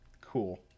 Cool